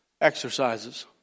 exercises